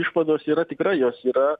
išvados yra tikrai jos yra